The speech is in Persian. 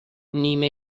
نیمه